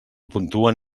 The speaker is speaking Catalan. puntuen